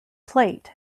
plate